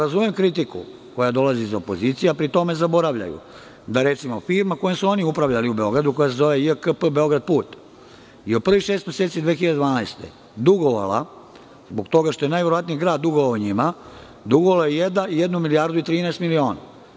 Razumem kritiku koja dolazi iz opozicije, a pri tome zaboravljaju da, recimo, firma kojom su oni upravljali u Beogradu, koja se zove JKP "Beograd put" je u prvih šest meseci 2012. godine, zbog toga što je najverovatnije grad dugovao njima, dugovala je jednu milijardu i 13 miliona.